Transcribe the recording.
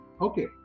okay